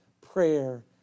prayer